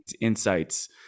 insights